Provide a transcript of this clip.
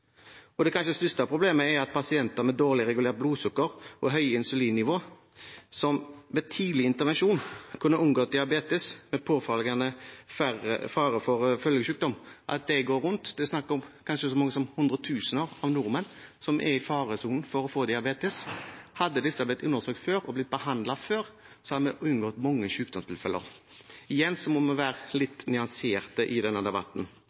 og blodverdier. Det kanskje største problemet er at pasienter med dårlig regulert blodsukker og høyt insulinnivå, som ved tidlig intervensjon kunne unngått diabetes med påfølgende fare for følgesykdom, går rundt uten å få en diagnose. Det er snakk om kanskje så mange som hundre tusen nordmenn som er i faresonen for å få diabetes. Hadde disse blitt undersøkt og behandlet før, hadde vi unngått mange sykdomstilfeller. Igjen må vi være litt nyanserte i denne debatten.